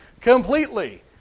Completely